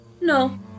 No